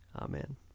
Amen